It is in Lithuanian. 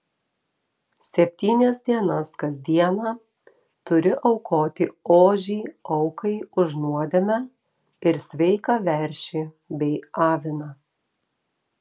septynias dienas kas dieną turi aukoti ožį aukai už nuodėmę ir sveiką veršį bei aviną